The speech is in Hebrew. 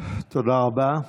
תודה רבה.